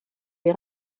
des